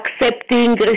accepting